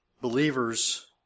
Believers